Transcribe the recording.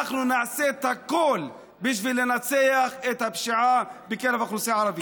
אנחנו נעשה את הכול בשביל לנצח את הפשיעה בקרב האוכלוסייה הערבית.